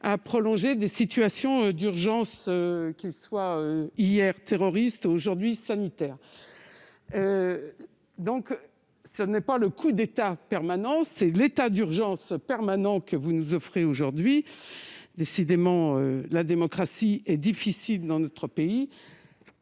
à prolonger les situations d'urgence, qu'elles soient, hier, terroristes ou, aujourd'hui, sanitaires. Ce n'est pas le coup d'État permanent, c'est l'état d'urgence permanent qui nous est servi aujourd'hui. Décidément, l'exercice de la démocratie est difficile dans notre pays